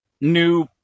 new